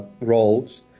roles